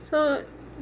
so